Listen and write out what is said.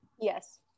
yes